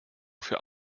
für